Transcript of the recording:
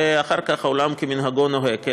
ואחר כך עולם כמנהגו נוהג,